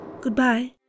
Goodbye